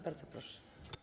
Bardzo proszę.